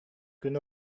күн